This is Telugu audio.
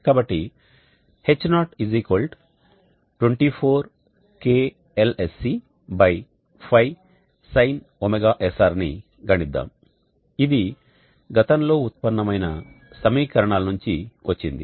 కాబట్టి H0 24 k Lscπsin ωsrని గణిద్దాం ఇది గతంలో ఉత్పన్నమైన సమీకరణాల నుంచి వచ్చింది